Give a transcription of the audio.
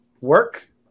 Work